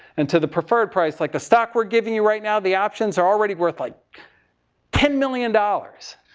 and to the preferred price. like the stock we're giving your right now, the options are already worth like ten million dollars.